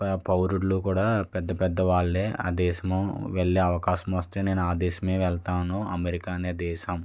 పౌరులు కూడా పెద్దపెద్ద వాళ్ళే ఆ దేశం వెళ్ళే అవకాశం వస్తే నేను ఆ దేశమే వెళతాను అమెరికా అనే దేశం